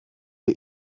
wir